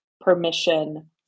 permission